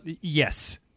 Yes